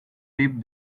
deep